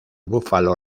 búfalo